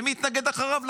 ומי התנגד אחריו?